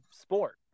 sport